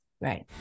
right